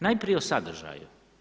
Najprije o sadržaju.